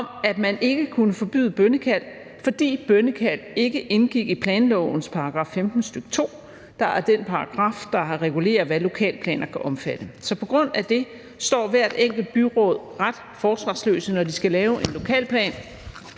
at man ikke kunne forbyde bønnekald, fordi bønnekald ikke indgik i planlovens § 15, stk. 2, der er den paragraf, der regulerer, hvad lokalplaner kan omfatte. Så på grund af det står hver enkelt byråd ret forsvarsløse, når de skal lave en lokalplan,